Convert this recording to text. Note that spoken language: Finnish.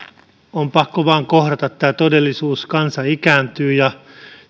on vain pakko kohdata tämä todellisuus kansa ikääntyy ja